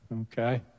Okay